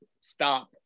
stop